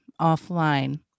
offline